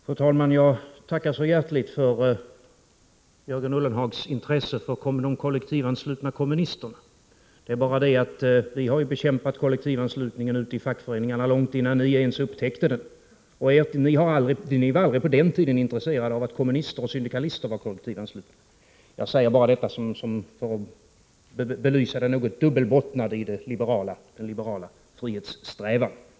Fru talman! Jag tackar så hjärtligt för Jörgen Ullenhags intresse för de kollektivanslutna kommunisterna. Det är bara det att vi har bekämpat kollektivanslutningen ute i fackföreningarna långt innan ni ens upptäckte den, och ni var på den tiden aldrig intresserade av att kommunister och syndikalister blev kollektivanslutna. Jag säger detta endast för att belysa det något dubbelbottnade i den liberala frihetssträvan.